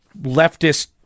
leftist